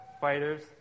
fighters